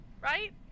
right